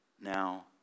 now